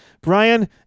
Brian